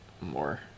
more